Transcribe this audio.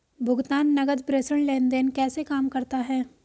भुगतान नकद प्रेषण लेनदेन कैसे काम करता है?